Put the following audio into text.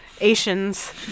Asians